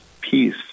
peace